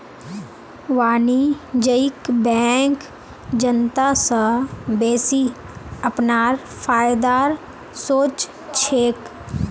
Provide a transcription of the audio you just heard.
वाणिज्यिक बैंक जनता स बेसि अपनार फायदार सोच छेक